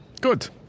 Good